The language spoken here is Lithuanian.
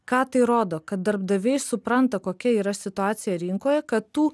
ką tai rodo kad darbdaviai supranta kokia yra situacija rinkoje kad tų